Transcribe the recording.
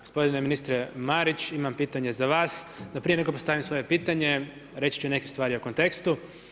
Gospodine ministre Marić imam pitanje za vas, no prije nego postavim svoje pitanje, reći ću neke stvri o kontekstu.